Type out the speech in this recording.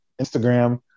Instagram